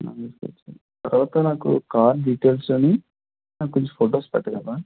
తరువాత నాకు car details అవి నాకు కొంచం ఫొటోస్ పెట్టగలరా